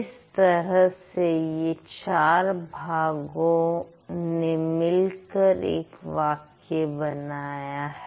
इस तरह से ये चार भागो ने मिलकर एक वाक्य बनाया है